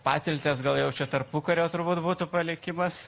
patiltės gal jau čia tarpukario turbūt būtų palikimas